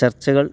ചർച്ചകൾ